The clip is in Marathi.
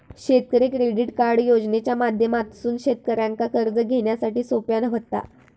शेतकरी क्रेडिट कार्ड योजनेच्या माध्यमातसून शेतकऱ्यांका कर्ज घेण्यासाठी सोप्या व्हता